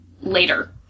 later